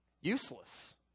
useless